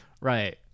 right